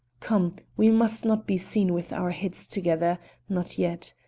come, we must not be seen with our heads together not yet.